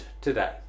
today